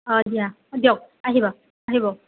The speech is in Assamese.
অ দিয়া দিয়ক আহিব আহিব